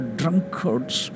drunkards